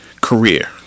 career